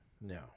no